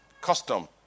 custom